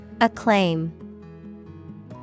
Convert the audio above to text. Acclaim